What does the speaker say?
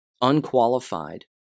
unqualified